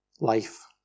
life